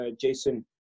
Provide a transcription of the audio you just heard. Jason